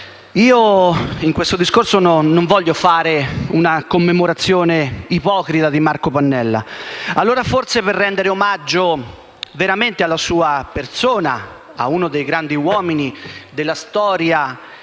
in questo intervento non voglio fare una commemorazione ipocrita di Marco Pannella. Forse, per rendere omaggio veramente alla sua persona e ad uno dei grandi uomini della storia